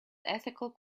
ethical